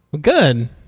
Good